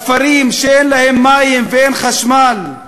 בכפרים שאין להם מים ואין חשמל,